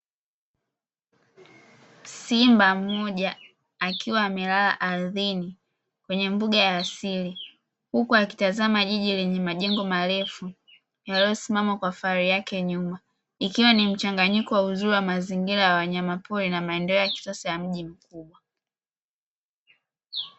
Simba mmoja akiwa amelala ardhini kwenye mbuga ya asili, huku akitazama jiji lenye majengo marefu yaliyosimama kwa fahari yake, ikiwa ni mchanganyiko wa uzuri wa mazingira ya wanyama pori na maendeleo ya kisasa ya mji mkubwa.